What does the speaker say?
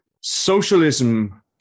socialism